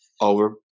over